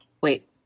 wait